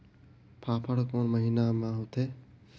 फाफण कोन महीना म होथे?